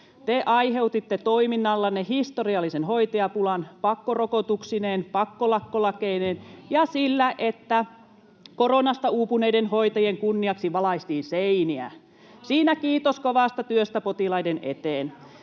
Te aiheutitte toiminnallanne historiallisen hoitajapulan pakkorokotuksineen, pakkolakkolakeineen ja sillä, että koronasta uupuneiden hoitajien kunniaksi valaistiin seiniä. Siinä kiitos kovasta työstä potilaiden eteen.